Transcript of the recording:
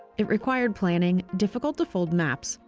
it required planning, difficult to fold maps,